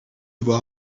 voir